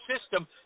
system